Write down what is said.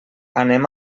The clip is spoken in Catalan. anem